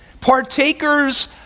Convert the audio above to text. Partakers